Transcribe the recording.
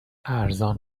ارزان